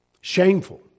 shameful